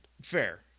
Fair